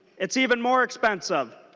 it's even more expensive.